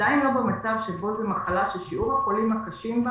עדיין לא במצב שזאת מחלה ששיעור החולים הקשים בה